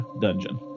dungeon